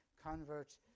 convert